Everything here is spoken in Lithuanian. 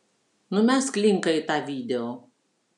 numesk linką į tą video